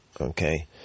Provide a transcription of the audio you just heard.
Okay